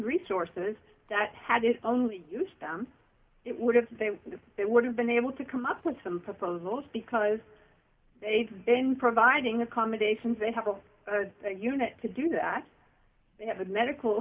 resources that had it only used them it would have to say it would have been able to come up with some proposals because they've been providing accommodations they have a unit to do that they have a medical